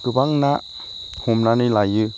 गोबां ना हमनानै लायो